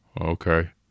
Okay